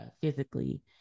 physically